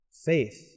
Faith